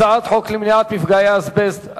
הצעת חוק למניעת מפגעי אסבסט,